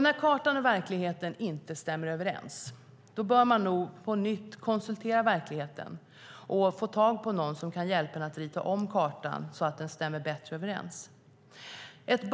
När kartan och verkligheten inte stämmer överens bör man nog på nytt konsultera verkligheten och få tag i någon som kan hjälpa en att rita om kartan så att den stämmer bättre med verkligheten.